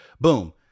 boom